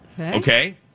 Okay